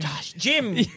Jim